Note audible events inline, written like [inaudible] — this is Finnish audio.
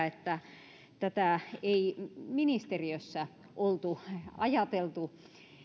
[unintelligible] että tätä ei ministeriössä oltu ajateltu